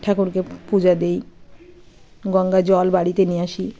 ঠাকুরকে পূজা দেই গঙ্গা জল বাড়িতে নিয়ে আসি